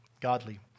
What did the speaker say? godly